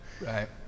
right